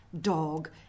dog